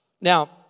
Now